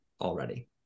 already